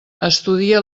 estudia